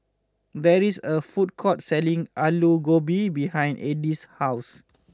there is a food court selling Alu Gobi behind Eddie's house